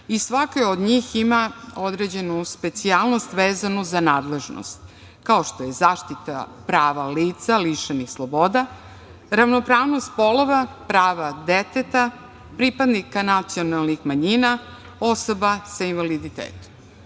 i svaki od njih ima određenu specijalnost, vezanu za nadležnost, kao što je zaštita prava lica lišenih sloboda, ravnopravnost polova, prava deteta, pripadnika nacionalnih manjina, osoba sa invaliditetom.